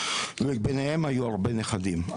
ביניהם היו הרבה נכדים.